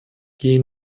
gehen